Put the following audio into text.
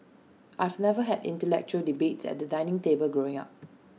I've never had intellectual debates at the dining table growing up